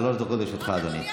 שלוש דקות לרשותך, אדוני.